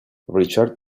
richard